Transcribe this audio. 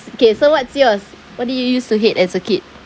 okay so what's yours what do you used to hate as a kid